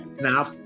Now